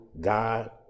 God